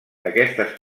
aquestes